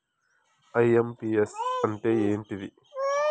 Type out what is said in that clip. IMPS అంటే ఏంటిది?